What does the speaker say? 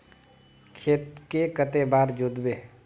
खेत के कते बार जोतबे?